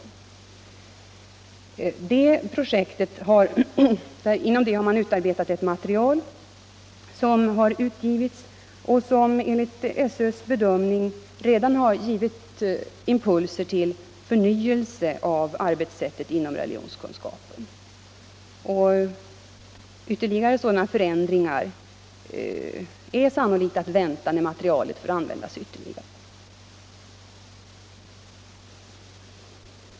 Inom det projektet har man utarbetat ett material som utgivits och som enligt SÖ:s bedömning redan har givit impulser till förnyelse av arbetssättet inom religionskunskapen. Ytterligare sådana förändringar är sannolikt att vänta när materialet fått användas ytterligare.